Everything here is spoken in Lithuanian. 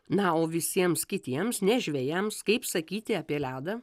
na visiems kitiems ne žvejams kaip sakyti apie ledą